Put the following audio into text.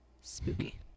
Spooky